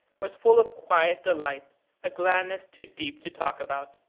was full of quiet delight a gladness too deep to talk about.